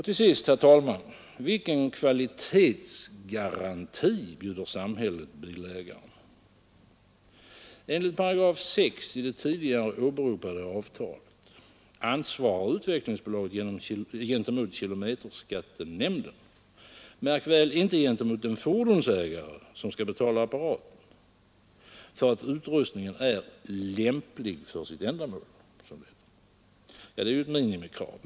Till sist, herr talman! Vilken kvalitetsgaranti bjuder samhället bilägaren? Enligt § 6 i det tidigare åberopade avtalet ansvarar Utvecklingsbolaget gentemot kilometerskattenämnden, märk väl inte gentemot den fordonsägare som skall betala apparaten, för att utrustningen är Nr 122 ”lämplig för sitt ändamål”. Det är ju ett minimikrav.